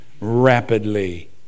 rapidly